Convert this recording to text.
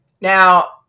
Now